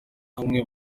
hamwe